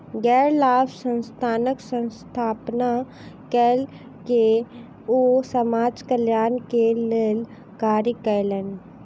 गैर लाभ संस्थानक स्थापना कय के ओ समाज कल्याण के लेल कार्य कयलैन